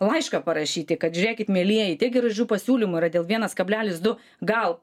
laišką parašyti kad žiūrėkit mielieji tiek gražių pasiūlymų yra dėl vienas kablelis du gal